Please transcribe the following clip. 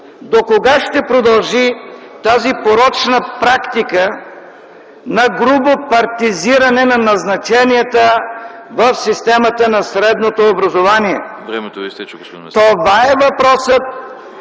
докога ще продължи тази порочна практика на грубо партизиране на назначенията в системата на средното образование? Това е въпросът